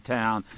town